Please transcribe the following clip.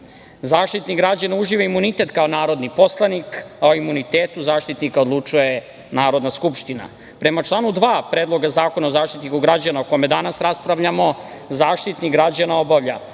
Zaštitnik građana uživa imunitet kao narodni poslanik, a o imunitetu Zaštitnika građana odlučuje Narodna skupština. Prema članu 2. Predloga zakona o Zaštitniku građana o kome danas raspravljamo, Zaštitnik građana obavlja